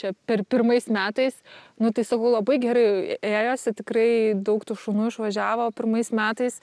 čia per pirmais metais nu tai sakau labai gerai ė ėjosi tikrai daug tų šunų išvažiavo pirmais metais